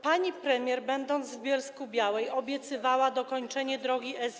Pani premier, będąc w Bielsku-Białej, obiecywała dokończenie drogi S1.